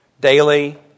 Daily